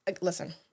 listen